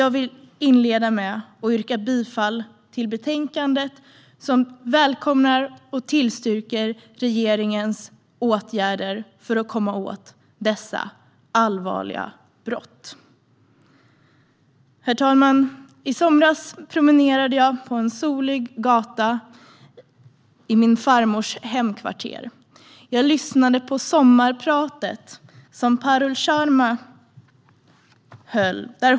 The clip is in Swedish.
Jag vill inleda med att yrka bifall till förslaget i betänkandet, där man välkomnar och tillstyrker regeringens åtgärder för att komma åt dessa allvarliga brott. Herr talman! I somras promenerade jag på en solig gata i min farmors hemkvarter. Jag lyssnade på programmet Sommar med Parul Sharma.